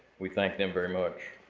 we thank them very much.